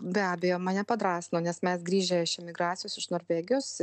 be abejo mane padrąsino nes mes grįžę iš emigracijos iš norvegijos